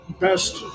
Best